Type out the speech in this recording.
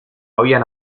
habían